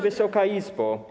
Wysoka Izbo!